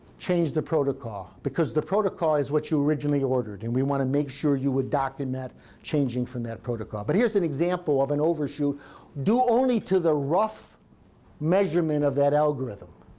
change the protocol, because the protocol is what you originally ordered, and we want to make sure you would document changing from that protocol. but here's an example of an overshoot due only to the rough measurement of that algorithm.